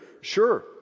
sure